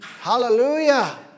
Hallelujah